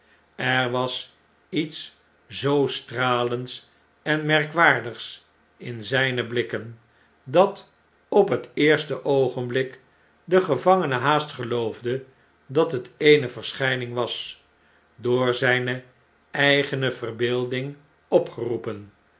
er was iets zoo stralends en merkwaardigs in zjjne blikken dat op het eerste oogenblik de gevangene haast geloofde dat het eene verschijning was door zijne eigene verbeelding opgeroepen